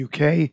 UK